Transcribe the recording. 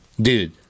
Dude